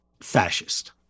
fascist